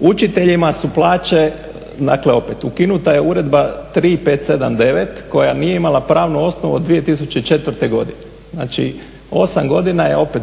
Učiteljima su plaće, dakle opet ukinuta je Uredba 3579 koja nije imala pravnu osnovu od 2004.godine, znači 8 godina je opet